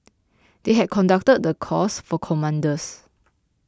they had conducted the course for commanders